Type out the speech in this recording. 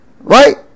Right